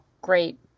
great